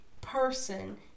person